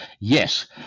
yes